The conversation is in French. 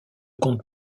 compte